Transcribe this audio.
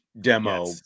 demo